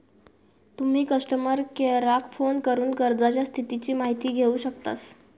तुम्ही कस्टमर केयराक फोन करून कर्जाच्या स्थितीची माहिती घेउ शकतास